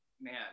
man